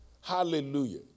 Hallelujah